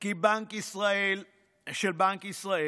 של בנק ישראל,